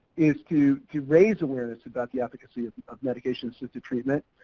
is to to raise awareness about the efficacy of medications-assisted treatment,